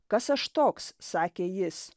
kas aš toks sakė jis